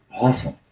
awesome